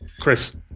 Chris